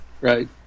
Right